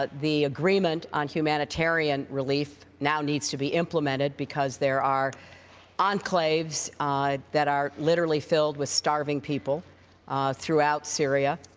but the agreement on humanitarian relief now needs to be implemented, because there are enclaves that are literally filled with starving people throughout syria.